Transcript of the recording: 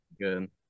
Good